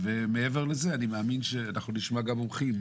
ומעבר לזה אני מאמין שנשמע גם מומחים,